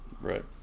Right